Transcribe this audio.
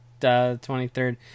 23rd